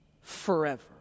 forever